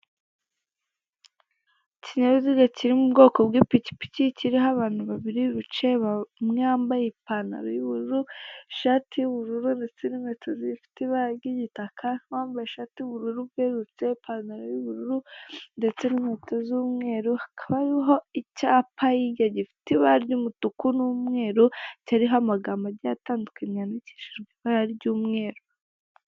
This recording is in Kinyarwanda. Ikinyabiziga kiri mu bwoko bw'ipikipiki, kiriho abantu babiri biceye, umwe yambaye ipantaro y'ubururu, ishati y'ubururu ndetse n'inkweto zifite ibara ry'igitaka, n'uwambaye ishati y'ubururu bwerurutse, ipantaro y'ubururu ndetse n'inkweto z'umweru, hakaba hariho icyapa hirya gifite ibara ry'umutuku n'umweru, kiriho amagamboga agiye atandukanye yandikishijwe ibara ry'umweru.